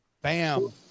bam